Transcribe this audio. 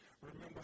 Remember